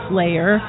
layer